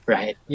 Right